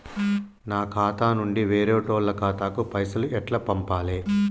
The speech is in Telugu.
నా ఖాతా నుంచి వేరేటోళ్ల ఖాతాకు పైసలు ఎట్ల పంపాలే?